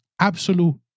absolute